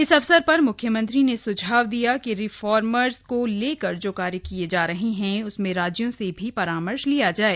इस अवसर पर मुख्यमंत्री ने सुझाव दिया कि रिफॉर्मस को लेकर जो कार्य हो रहे हैं उसमें राज्यों से भी परामर्श किया जाये